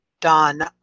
done